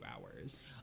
hours